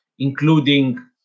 including